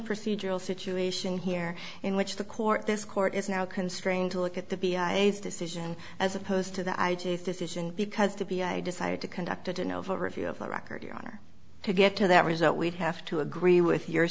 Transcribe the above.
procedural situation here in which the court this court is now constrained to look at the decision as opposed to the i g decision because to be i decided to conduct an overview of the record your honor to get to that result we'd have to agree with your